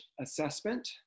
assessment